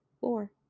Four